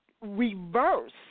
reverse